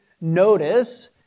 notice